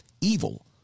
evil